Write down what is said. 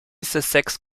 sussex